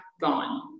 gone